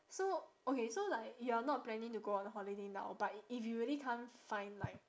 so okay so like you are not planning to go on holiday now but if you really can't find like